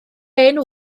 hen